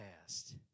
past